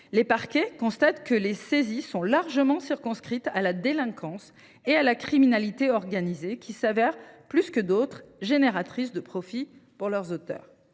Les parquets constatent que les saisies sont largement circonscrites à la délinquance et à la criminalité organisées, qui se révèlent, plus que d’autres, génératrices de profits pour leurs auteurs.